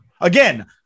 Again